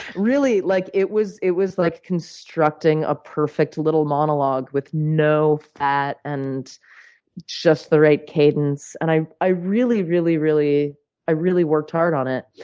really, like it was was like constructing a perfect little monologue with no fat and just the right cadence. and i i really, really, really i really worked hard on it.